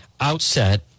Outset